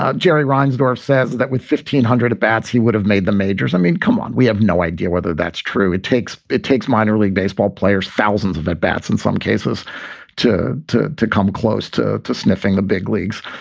ah jerry reinsdorf says that with fifteen hundred at bats, he would have made the majors. i mean, come on, we have no idea whether that's true. it takes it takes minor league baseball players, thousands of at bats in some cases to to to come close to to sniffing the big leagues.